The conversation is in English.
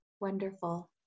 Wonderful